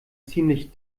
ziemlich